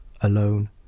alone